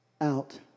out